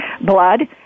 Blood